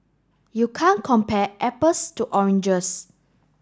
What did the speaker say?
you can't compare apples to oranges